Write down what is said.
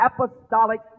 apostolic